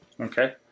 Okay